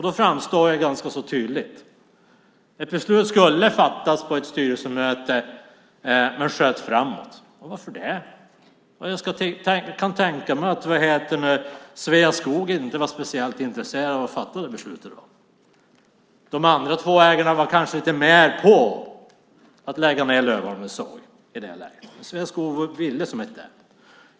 Det framgår tydligt att ett beslut skulle fattas på ett styrelsemöte men sköts framåt. Varför? Jag kan tänka mig att Sveaskog inte var speciellt intresserat av att fatta beslutet. De andra två ägarna var kanske inte med på att lägga ned Lövholmens såg i det läget. Sveaskog ville inte.